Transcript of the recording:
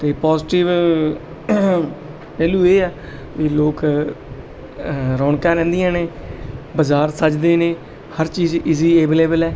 ਅਤੇ ਪੋਜ਼ੀਟਿਵ ਪਹਿਲੂ ਇਹ ਆ ਵੀ ਲੋਕ ਰੌਣਕਾਂ ਰਹਿੰਦੀਆਂ ਨੇ ਬਾਜ਼ਾਰ ਸੱਜਦੇ ਨੇ ਹਰ ਚੀਜ਼ ਈਜ਼ੀ ਅਵੇਲੇਬਲ ਹੈ